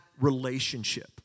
relationship